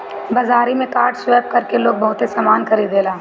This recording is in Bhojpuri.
बाजारी में कार्ड स्वैप कर के लोग बहुते सामना खरीदेला